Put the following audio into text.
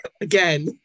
again